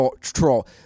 troll